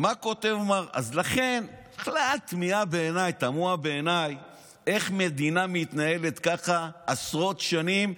לכן בכלל תמוה בעיניי שמדינה מתנהלת ככה עשרות שנים,